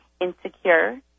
insecure